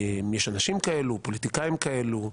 יש אנשים כאלו, פוליטיקאים כאלו,